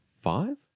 five